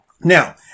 Now